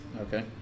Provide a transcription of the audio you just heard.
Okay